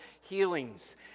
healings